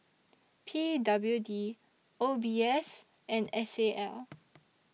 P W D O B S and S A L